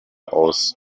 aus